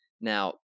Now